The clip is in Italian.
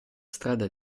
strada